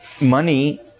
money